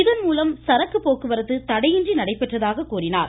இதன்மூலம் சரக்கு போக்குவரத்து தடையின்றி நடைபெற்றதாக கூறினார்